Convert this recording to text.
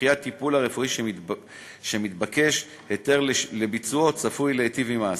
וכי הטיפול הרפואי שמתבקש היתר לביצועו צפוי להיטיב עם האסיר.